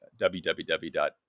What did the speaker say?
www